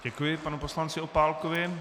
Děkuji panu poslanci Opálkovi.